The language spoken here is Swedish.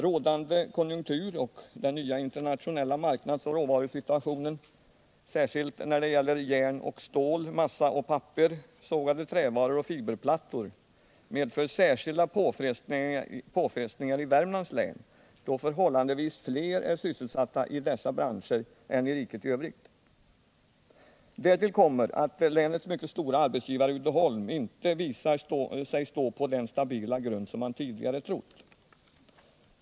Rådande konjunktur och den nya internationella marknadsoch råvarusituationen, särskilt när det gäller järn och stål, massa och papper, sågade trävaror och fiberplattor, medför särskilda påfrestningar i Värmlands län, där förhållandevis fler är sysselsatta i dessa branscher än i riket i övrigt. Därtill kommer att länets mycket stora arbetsgivare Uddeholm inte visar sig stå på den stabila grund som man tidigare trott.